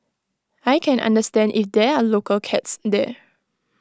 I can understand if there are local cats there